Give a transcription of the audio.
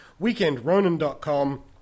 WeekendRonan.com